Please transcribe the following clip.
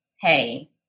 Hey